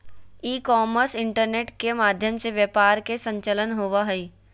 ई commerce internet के माध्यम से व्यापार के संचालन होबा हइ